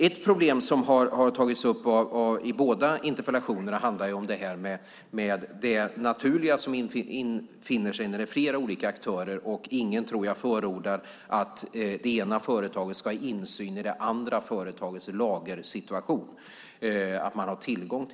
Ett problem som har tagits upp i båda interpellationerna handlar om det naturliga som infinner sig när det är flera olika aktörer. Ingen förordar, tror jag, att det ena företaget ska ha insyn i och tillgång till det andra företagets lagersituation.